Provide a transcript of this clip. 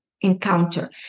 encounter